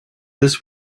this